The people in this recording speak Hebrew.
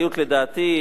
לדעתי,